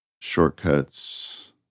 shortcuts